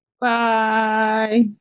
Bye